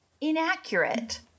inaccurate